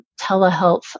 telehealth